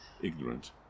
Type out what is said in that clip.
ignorant